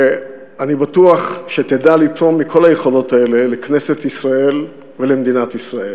ואני בטוח שתדע לתרום מכל היכולות האלה לכנסת ישראל ולמדינת ישראל.